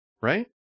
right